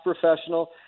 professional